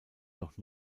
doch